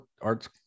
arts